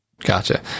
Gotcha